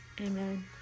Amen